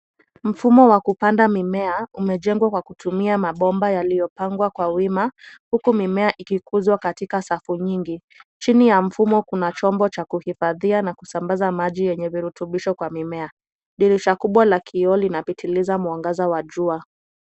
Mfumo wa kupanda mimea umejengwa kwa kutumia mabomba yaliyopangwa kwa wima huku mimea ikikuzwa katika safu nyingi, chini ya mfumo kuna chombo cha kuhifadhia na kusambaza yenye virutubisho kwa mimea. Dirisha kubwa la kioo linapitiliza mwagaza wa jua.